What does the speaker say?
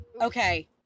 Okay